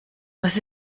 was